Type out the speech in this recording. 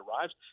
arrives